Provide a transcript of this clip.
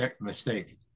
mistake